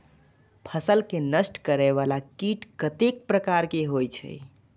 फसल के नष्ट करें वाला कीट कतेक प्रकार के होई छै?